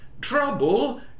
trouble